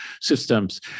systems